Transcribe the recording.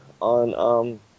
on